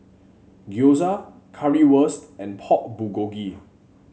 Gyoza Currywurst and Pork Bulgogi